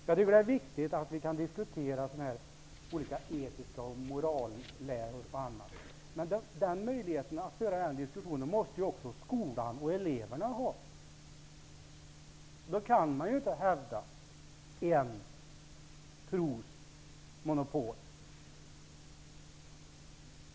Jag tycker att det är viktigt att diskutera olika etiska frågor och moralläror, men den möjligheten måste ju också skolan och eleverna ha. Då kan man inte hävda en trosläras monopol.